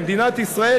במדינת ישראל,